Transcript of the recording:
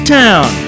town